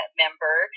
member